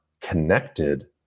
connected